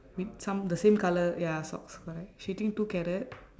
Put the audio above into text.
with some the same colour ya socks correct she eating two carrot